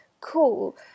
cool